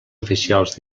oficials